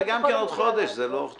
זה גם כן בעוד חודש חודשיים.